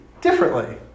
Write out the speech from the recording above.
differently